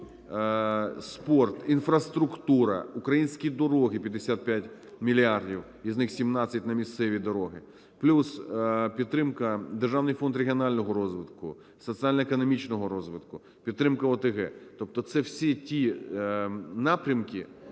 спорт, інфраструктура, українські дороги, 55 мільярдів, із них 17 мільярдів на місцеві дороги, плюс підтримка Державний фонд регіонального розвитку, соціально-економічного розвитку, підтримка ОТГ. Тобто це всі ті напрямки,